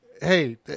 hey